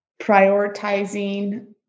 prioritizing